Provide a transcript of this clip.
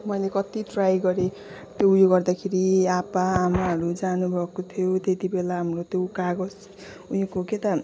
मैेले कति ट्राई गरेँ त्यो उयो गर्दाखेरि आप्पा आमाहरू जानुभएको थियो त्यति बेला हाम्रो त्यो कागज उयोको के त